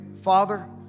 father